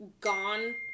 gone